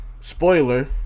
spoiler